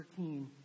13